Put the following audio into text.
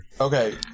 Okay